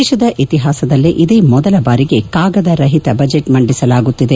ದೇಶದ ಇತಿಹಾಸದಲ್ಲೇ ಇದೇ ಮೊದಲ ಬಾರಿಗೆ ಕಾಗದ ರಹಿತ ಬಜೆಟ್ ಮಂದಿಸಲಾಗುತ್ತಿದೆ